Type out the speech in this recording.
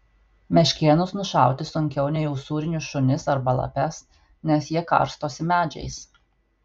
meškėnus nušauti sunkiau nei usūrinius šunis arba lapes nes jie karstosi medžiais